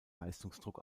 leistungsdruck